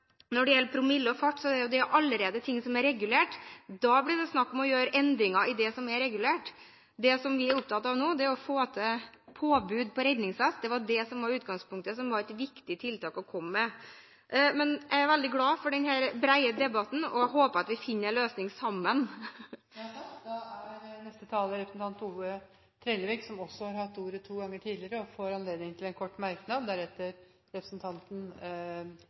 når det gjelder promille og fart, er det ting som allerede er regulert. Da blir det snakk om å gjøre endringer i det som er regulert. Det som vi er opptatt av nå, er å få til et påbud om redningsvest. Det var det som var utgangspunktet – som var et viktig tiltak å komme med. Jeg er veldig glad for denne brede debatten, og jeg håper at vi finner en løsning sammen. Representanten Ove Bernt Trellevik har hatt ordet to ganger tidligere i debatten og får ordet til en kort merknad,